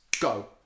Go